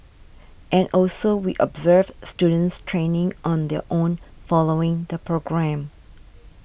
and also we observe students training on their own following the programme